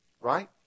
Right